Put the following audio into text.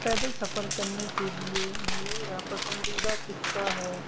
پیدل سفر کرنے کے لیے میرا پسندیدہ خطہ ہے